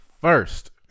first